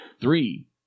Three